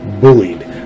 bullied